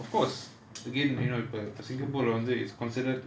of course again you know b~ but singapore lah வந்து:vanthu is considered